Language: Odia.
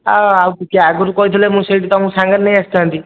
ଆ ଆଉ ଟିକେ ଆଗରୁ କହିଥିଲେ ମୁଁ ସେଇଠି ତୁମକୁ ସାଙ୍ଗରେ ନେଇଆସିଥାନ୍ତି